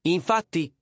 Infatti